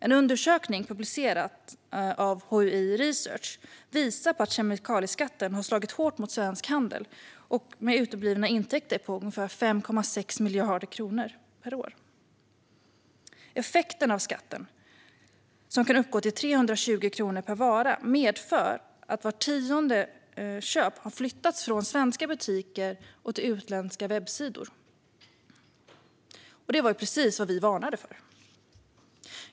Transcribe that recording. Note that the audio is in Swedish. En undersökning publicerad av HUI Research visar att kemikalieskatten har slagit hårt mot svensk handel med uteblivna intäkter på 5,6 miljarder kronor per år. Effekten av skatten, som kan uppgå till 320 kronor per vara, gör att vart tionde köp har flyttat från svenska butiker till utländska webbplatser - och det var precis vad vi varnade för.